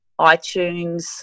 iTunes